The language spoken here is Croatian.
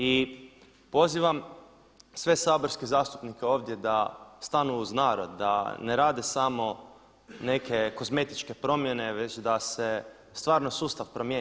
I pozivam sve saborske zastupnike ovdje da stanu uz narod, da ne rade samo neke kozmetičke promjene već da se stvarno sustav promjeni.